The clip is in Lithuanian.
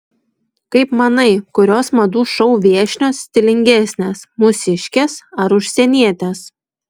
kaip manai kurios madų šou viešnios stilingesnės mūsiškės ar užsienietės